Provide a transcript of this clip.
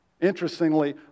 interestingly